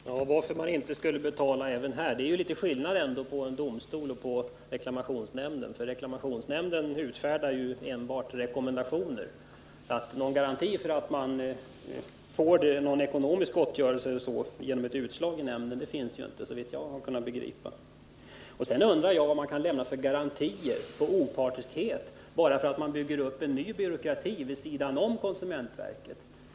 Herr talman! Till Bengt Sjönell vill jag säga att det faktiskt är en viss skillnad mellan en domstol och reklamationsnämnden. Reklamationsnämnden utfärdar ju enbart rekommendationer, så någon garanti för att man får ekonomisk gottgörelse genom ett utslag i nämnden finns inte, såvitt jag har kunnat begripa. Sedan undrar jag om man kan garantera opartiskhet bara genom att bygga upp en ny byråkrati vid sidan om konsumentverket.